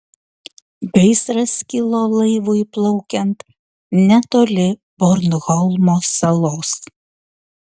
gaisras kilo laivui plaukiant netoli bornholmo salos